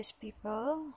people